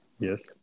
Yes